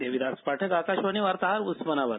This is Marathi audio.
देविदास पाठक आकाशवाणी वार्ताहर उस्मानाबाद